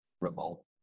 remote